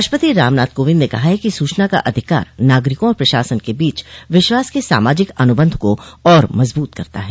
राष्ट्रपति रामनाथ कोविंद ने कहा है कि सूचना का अधिकार नागरिकों और प्रशासन के बीच विश्वास के सामाजिक अनुबन्ध को और मजबूत करता है